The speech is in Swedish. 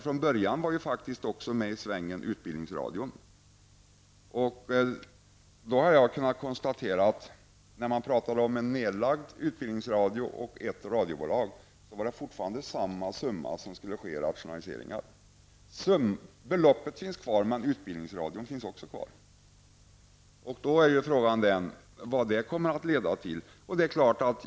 Från början var det nämligen aktuellt att även utbildningsradion skulle vara med. Man talar om en nedlagd utbildningsradio och ett radiobolag. Jag har kunnat konstatera att det fortfarande var samma summa som det skulle ske rationaliseringar för. Beloppet finns kvar, men utbildningsradion finns också kvar. Frågan är vad det kommer att leda till.